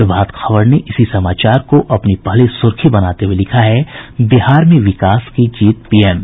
प्रभात खबर ने इसी समाचार को अपनी पहली सुर्खी बनाते हुए लिखा है बिहार में विकास की जीत पीएम